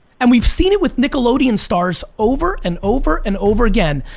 and we've seen it with nickelodeon stars over and over and over again.